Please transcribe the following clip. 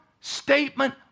statement